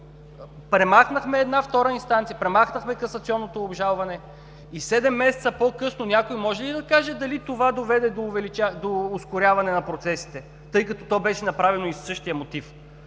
премахнахме една, втора инстанция, премахнахме касационното обжалване и седем месеца по-късно може ли някой да каже дали това доведе до ускоряване на процесите, тъй като то беше направено и със същия мотив?!